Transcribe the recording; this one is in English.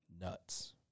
nuts